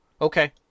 Okay